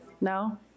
No